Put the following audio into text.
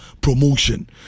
promotion